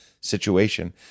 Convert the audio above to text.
situation